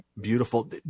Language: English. beautiful